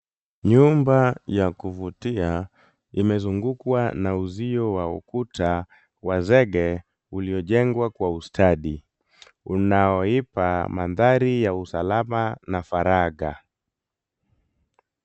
Nyumba ya kuvutia imezungukwa na uzio wa ukuta wa zege uliojengwa kwa ustadi unaoipa mandhari ya usalama na faragha.